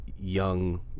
young